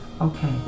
Okay